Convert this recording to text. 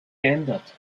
geändert